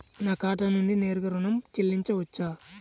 నా ఖాతా నుండి నేరుగా ఋణం చెల్లించవచ్చా?